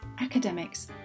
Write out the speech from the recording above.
academics